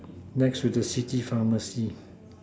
next to the city pharmacy